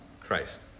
Christ